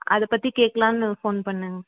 அதைப்பத்தி கேட்கலான்னு ஃபோன் பண்ணங்க